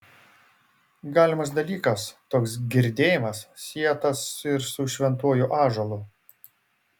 galimas dalykas toks girdėjimas sietas ir su šventuoju ąžuolu